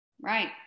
right